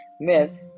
Myth